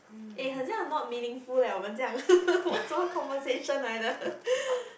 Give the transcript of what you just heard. eh 很像 not meaningful leh 我们这样 我们什么 conversation 来的